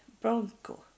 Bronco